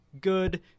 good